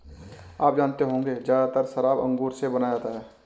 आप जानते होंगे ज़्यादातर शराब अंगूर से बनाया जाता है